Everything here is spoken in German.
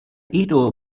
edo